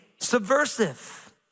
subversive